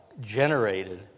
generated